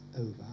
over